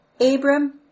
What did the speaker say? Abram